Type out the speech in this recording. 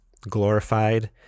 glorified